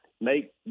make